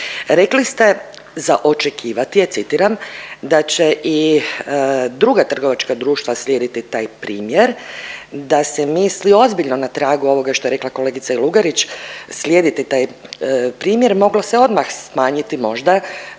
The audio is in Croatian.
Rekli ste za očekivati je, citiram, da će i druga trgovačka društva slijediti taj primjer, da se misli ozbiljno na tragu ovoga što je rekla kolegica Lugarić, slijediti taj primjer, moglo se odmah smanjiti možda